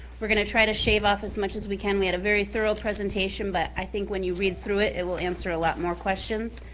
we're gonna try to shave off as much as we can. we had a very thorough presentation, but i think when you read through it, it will answer a lot more questions.